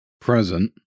present